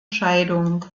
scheidung